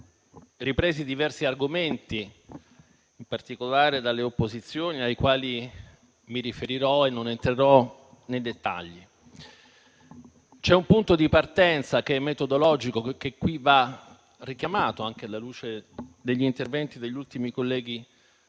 ripresi diversi argomenti, in particolare dalle opposizioni, ai quali mi riferirò senza entrare nel dettaglio. C'è un punto di partenza metodologico che qui va richiamato anche alla luce degli interventi degli ultimi colleghi